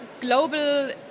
global